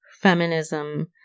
feminism